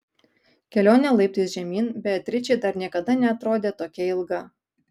kelionė laiptais žemyn beatričei dar niekada neatrodė tokia ilga